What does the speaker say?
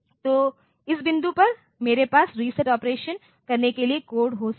तो इस बिंदु पर मेरे पास रीसेट ऑपरेशन करने के लिए कोड हो सकता है